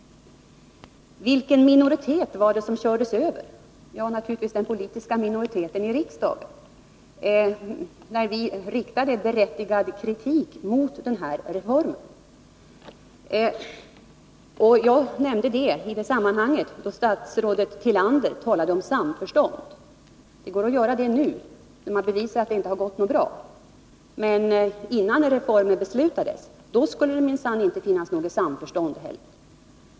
Vilken minoritet var det som kördes över, frågade Sten Svensson. Naturligtvis den politiska minoriteten i riksdagen, när vi riktade berättigad kritik mot den här reformen. Jag nämnde detta i samband med att statsrådet Tillander talade om samförstånd. Det går att tala om samförstånd nu, när det är bevisat att verksamheten inte gått bra. Men innan reformen beslutades skulle det minsann inte vara något samförstånd.